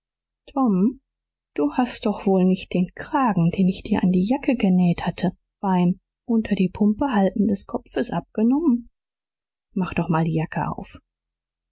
tom du hast doch wohl nicht den kragen den ich dir an die jacke genäht hatte beim unter die pumpe halten des kopfes abgenommen mach doch mal die jacke auf